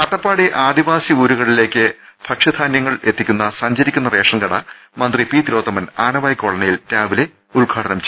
അട്ടപ്പാടി ആദിവാസി ഊരുകളിലേക്ക് ഭക്ഷ്യധാനൃങ്ങളെത്തി ക്കുന്ന സഞ്ചരിക്കുന്ന റേഷൻകട മന്ത്രി പി തിലോത്തമൻ ആന വായ് കോളനിയിൽ രാവിലെ ഉദ്ഘാടനം ചെയ്യും